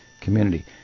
community